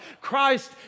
Christ